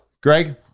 Greg